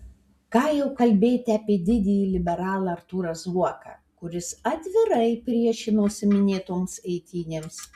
ką jau kalbėti apie didįjį liberalą artūrą zuoką kuris atvirai priešinosi minėtoms eitynėms